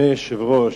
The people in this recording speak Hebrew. אדוני היושב-ראש,